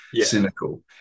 cynical